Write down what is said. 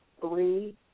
three